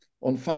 on